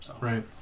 Right